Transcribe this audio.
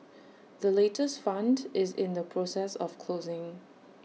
the latest fund is in the process of closing